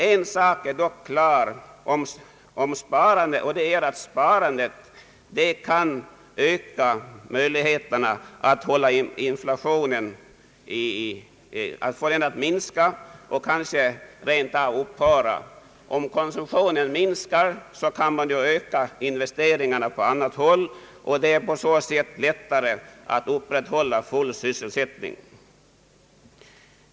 En sak är dock klar, och det är att sparandet kan öka möjligheterna att få inflationen att minska och kanske rent av upphöra. Om konsumtionen minskar kan man öka investeringarna på annat håll, och det blir på så sätt lättare att upprätthålla full sysselsättning.